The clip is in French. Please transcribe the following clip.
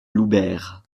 loubert